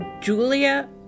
Julia